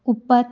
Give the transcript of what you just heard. ਉੱਪਰ